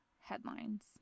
headlines